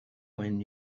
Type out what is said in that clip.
when